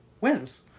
wins